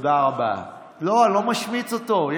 אני לא משמיץ אותו.